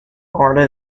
order